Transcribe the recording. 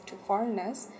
to foreigners